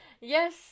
yes